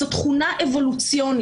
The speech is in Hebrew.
זאת תכונה אבולוציונית.